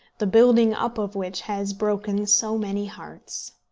the building up of which has broken so many hearts.